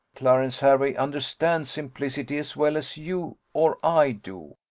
clarence hervey understands simplicity as well as you or i do.